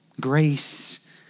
Grace